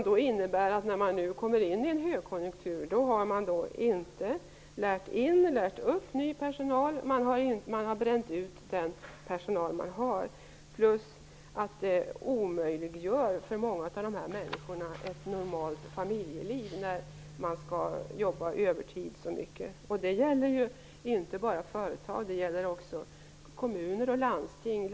Det innebär att när man kommer in i en högkonjunktur har man inte lärt upp ny personal, samtidigt som man har bränt ut den personal man har, plus att det omfattande övertidsuttaget för många människor omöjliggör ett normalt familjeliv. Det här gäller inte bara företag utan också kommuner och landsting.